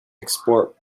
export